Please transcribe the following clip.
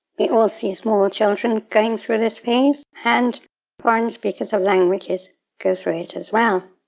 we all see small children going through this phase and foreign speakers of languages go through it as well.